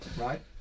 right